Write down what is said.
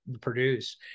produce